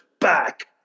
back